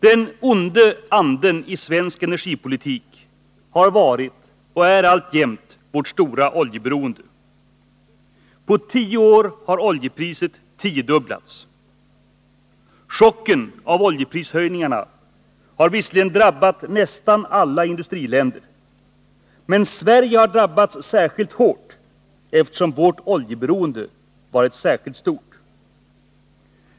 Den onde anden i svensk energipolitik har varit och är alltjämt vårt stora oljeberoende. På tio år har oljepriset tiodubblats. Chocken av oljeprishöjningarna har visserligen drabbat nästan alla industriländer. Men Sverige har drabbats särskilt hårt, eftersom vårt oljeberoende varit särskilt stort.